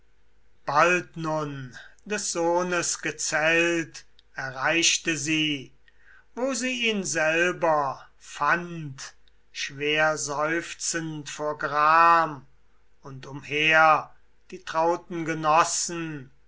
bald nun des sohnes gezelt erreichte sie wo sie ihn selber fand schwerseufzend vor gram und umher die trauten genossen